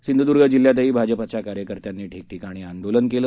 सिंधूदूर्ग जिल्ह्यातही भाजपाचे कार्यकर्त्यांनी ठिकठिकाणी आंदोलन केलं